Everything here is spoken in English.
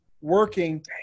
working